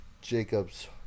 Jacob's